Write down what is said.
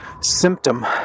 symptom